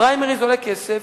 פריימריס עולים כסף,